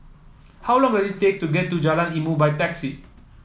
how long is take to get to Jalan Ilmu by taxi